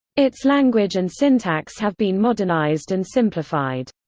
its language and syntax have been modernized and simplified.